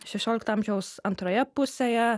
šešiolikto amžiaus antroje pusėje